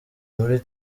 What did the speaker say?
muri